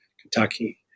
Kentucky